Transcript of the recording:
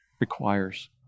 requires